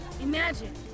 Imagine